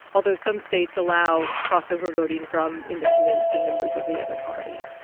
although some states allow crossover voting from independents and members of the other party.